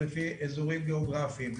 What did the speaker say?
לפי אזורים גיאוגרפיים,